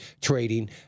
trading